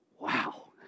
Wow